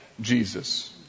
Jesus